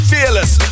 Fearless